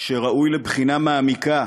שראוי לבחינה מעמיקה.